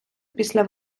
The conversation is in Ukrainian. після